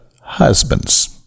husbands